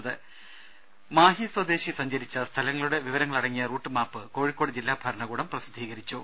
രുര മാഹി സ്വദേശി സഞ്ചരിച്ച സ്ഥലങ്ങളുടെ വിവരങ്ങളടങ്ങിയ റൂട്ട് മാപ്പ് കോഴിക്കോട് ജില്ലാ ഭരണകൂടം പ്രസിദ്ധീകരിച്ചു